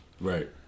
Right